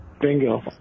Bingo